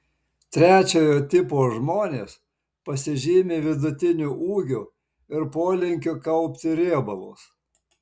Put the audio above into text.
trečiojo tipo žmonės pasižymi vidutiniu ūgiu ir polinkiu kaupti riebalus